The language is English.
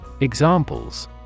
Examples